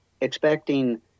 expecting